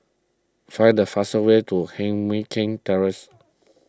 find the fastest way to Heng Mui Keng Terrace